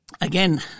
Again